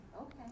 Okay